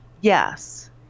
yes